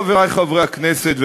חברי חברי הכנסת,